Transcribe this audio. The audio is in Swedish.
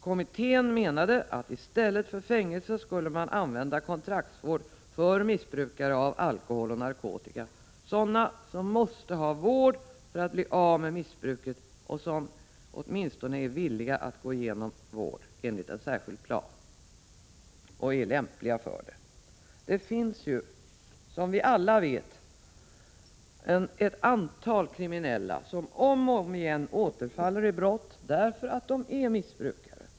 Kommittén menade att man i stället för fängelse skulle använda kontraktsvård för missbrukare av alkohol och narkotika, sådana som måste ha vård för att bli av med missbruket och som åtminstone är villiga att gå igenom vård enligt en särskild plan och som dessutom är lämpliga för det. Det finns ju, som vi alla vet, ett antal kriminella som om och om igen återfaller i brott därför att de är missbrukare.